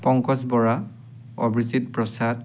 Pankaj Bora Abhijit Prasad